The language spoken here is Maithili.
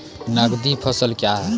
नगदी फसल क्या हैं?